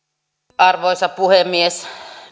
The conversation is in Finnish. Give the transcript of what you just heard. arvoisa puhemies